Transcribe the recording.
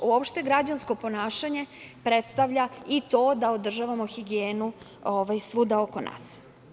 Uopšte, građansko ponašanje predstavlja i to da održavamo higijenu svuda oko nas.